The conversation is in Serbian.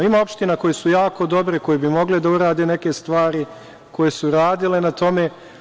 Ima opština koje su jako dobre, koje bi mogle da urade neke stvari, koje su radile na tome.